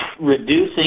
reducing